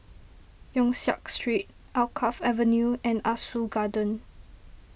Yong Siak Street Alkaff Avenue and Ah Soo Garden